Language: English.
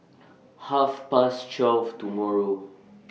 Half Past twelve tomorrow